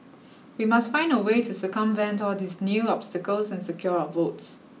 we must find a way to circumvent all these new obstacles and secure our votes